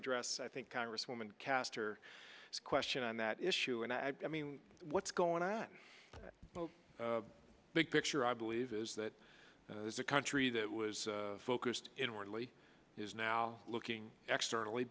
address i think congresswoman caster question on that issue and i mean what's going on the big picture i believe is that there's a country that was focused inwardly is now looking